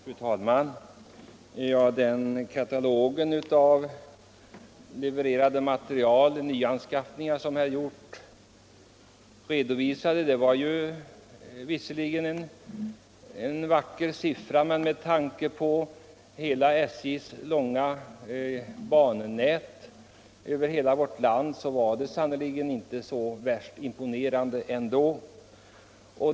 Fru talman! Det var visserligen en vacker katalog över levererad materiel och nyanskaffningar som herr Hjorth redovisade men med tanke på SJ:s långa bannät över hela vårt land var den ändå inte så värst imponerande.